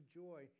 joy